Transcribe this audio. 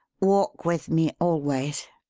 walk with me always.